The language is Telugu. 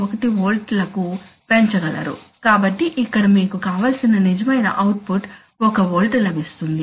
1 వోల్ట్ల కు పెంచగలరు కాబట్టి ఇక్కడ మీకు కావలసిన నిజమైన అవుట్పుట్ 1 వోల్ట్ లభిస్తుంది